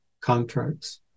contracts